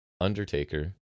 undertaker